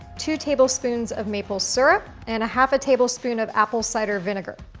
two tablespoons of maple syrup and a half a tablespoon of apple cider vinegar.